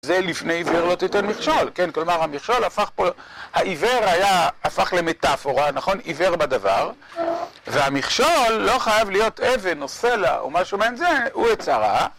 זה לפני עיוור לא תיתן מכשול, כן? כלומר, המכשול הפך פה, העיוור היה, הפך למטאפורה, נכון? עיוור בדבר. והמכשול לא חייב להיות אבן או סלע או משהו מהן זה, הוא עצרה.